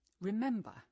Remember